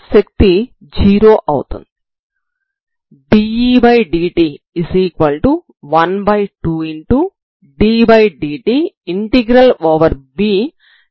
కాబట్టి ప్రారంభంలో శక్తి 0 అవుతుంది